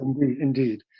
Indeed